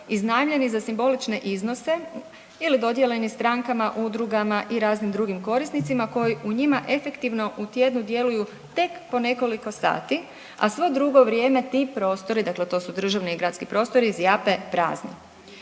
iznajmljeni za simbolične iznose ili dodijeljeni strankama udrugama i raznim drugim korisnicima koji u njima efektivno u tjednu djeluju tek po nekoliko sati, a svo drugo vrijeme ti prostori, dakle to su državni i gradski prostori zjape prazni.